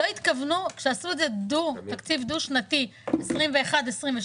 לא התכוונו כשעשו את זה תקציב דו שנתי, 21'-22'.